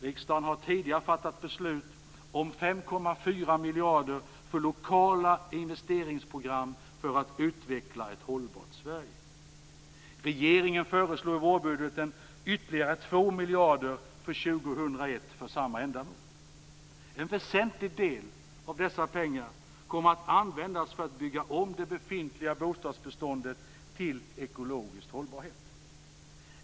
Riksdagen har tidigare fattat beslut om 5,4 miljarder för lokala investeringsprogram för att utveckla ett hållbart Sverige. Regeringen föreslår i vårbudgeten ytterligare 2 miljarder för samma ändamål för år 2001. En väsentlig del av dessa pengar kommer att användas för att bygga om det befintliga bostadsbeståndet till ekologisk hållbarhet.